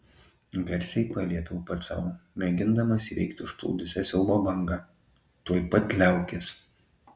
garsiai paliepiau pats sau mėgindamas įveikti užplūdusią siaubo bangą tuoj pat liaukis